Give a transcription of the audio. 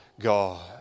God